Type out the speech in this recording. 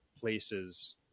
places